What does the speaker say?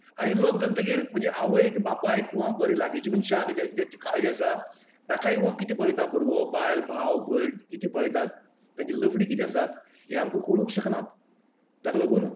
हांवेन लॉक घालतकीर म्हजे आवयक बापायक वा बरें लागींचे मनशांक जेंची जेंची काळजी आसा ताकाय हो कितें पळयता भुरगो बायल भाव भयण कितें पळयतात ताची लफडी कितें आसात हे आमकां कळूंक शकनात ताका लागून